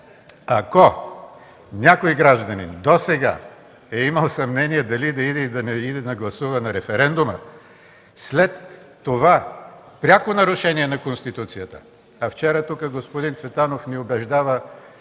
Ако някой гражданин досега е имал съмнения дали да иде, или да не иде да гласува на референдума, след това пряко нарушение на Конституцията ... А вчера тук господин Цветанов ни убеждава,